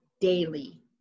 daily